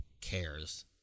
cares